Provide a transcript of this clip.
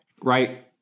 right